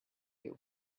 you